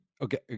okay